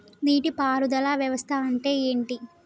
నీటి పారుదల వ్యవస్థ అంటే ఏంటి?